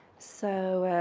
so